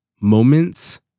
moments